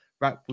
right